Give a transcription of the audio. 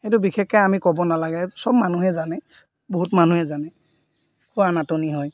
সেইটো বিশেষকৈ আমি ক'ব নালাগে চব মানুহে জানে বহুত মানুহে জানে খোৱা নাটনি হয়